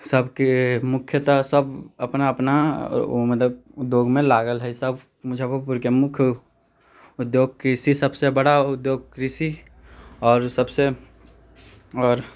सबके मुख्यतः सब अपना अपना ओ मतलब उद्योगमे लागल हइ सब मुजफ्फरपुरके मुख्य उद्योग कृषि सबसे बड़ा उद्योग कृषि आओर सबसे आओर